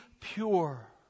pure